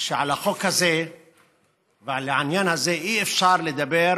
שעל החוק הזה ועל העניין הזה אי-אפשר לדבר